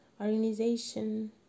organization